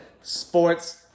sports